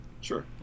sure